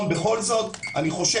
בכל זאת.